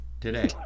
today